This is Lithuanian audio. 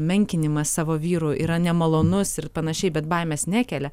menkinimas savo vyrų yra nemalonus ir panašiai bet baimės nekelia